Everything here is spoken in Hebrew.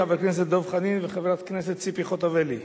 חבר כנסת דב חנין וחברת כנסת ציפי חוטובלי.